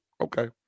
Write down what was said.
okay